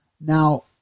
Now